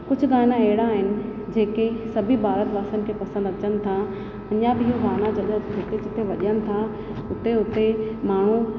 कुझु गाना अहिड़ा आहिनि जेके सभी भारतवासियुनि खे पसंदि अचनि था अञा बि उहे गाना जिते जिते वॼन था उते उते माण्हूं